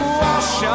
wash